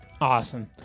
Awesome